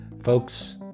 folks